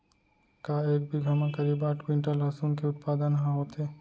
का एक बीघा म करीब आठ क्विंटल लहसुन के उत्पादन ह होथे?